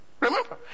Remember